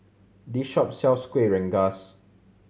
this shop sells Kuih Rengas